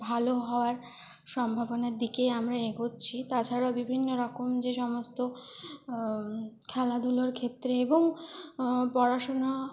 ভালো হওয়ার সম্ভাবনার দিকেই আমরা এগোচ্ছি তাছাড়াও বিভিন্নরকম যে সমস্ত খেলাধুলোর ক্ষেত্রে এবং পড়াশোনার